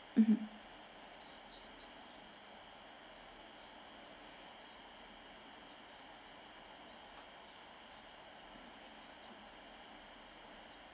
mmhmm